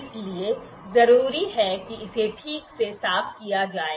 इसलिए जरूरी है कि इसे ठीक से साफ किया जाए